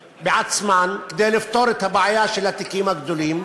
בעצמם, כדי לפתור את הבעיה של התיקים הגדולים,